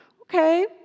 Okay